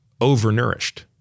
overnourished